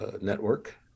network